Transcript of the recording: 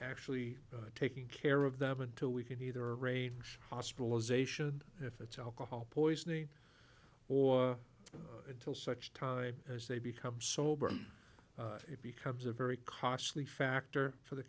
actually taking care of them until we can either raid hospitalization if it's alcohol poisoning or until such time as they become sober it becomes a very costly factor for the